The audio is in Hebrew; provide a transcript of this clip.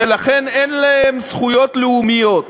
ולכן אין להם זכויות לאומיות,